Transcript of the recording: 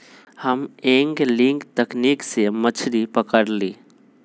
हम एंगलिंग तकनिक से मछरी पकरईली